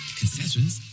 concessions